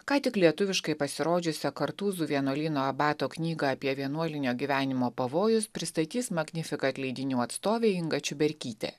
ką tik lietuviškai pasirodžiusią kartūzų vienuolyno abato knygą apie vienuolinio gyvenimo pavojus pristatys magnificat leidinių atstovė inga čiuberkytė